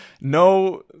no